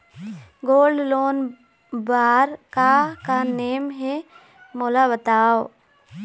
Gold loan बार का का नेम हे, मोला बताव?